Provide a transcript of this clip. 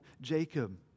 Jacob